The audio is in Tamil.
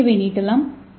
ஏவை நீட்டலாம் டி